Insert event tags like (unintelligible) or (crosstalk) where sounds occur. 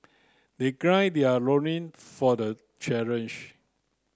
they (unintelligible) their loin for the challenge